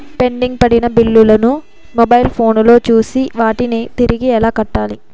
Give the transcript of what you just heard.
pending పడిన బిల్లులు ను మొబైల్ ఫోను లో చూసి వాటిని తిరిగి ఎలా కట్టాలి